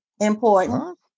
important